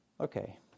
Okay